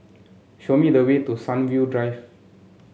show me the way to Sunview Drive